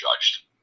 judged